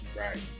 Right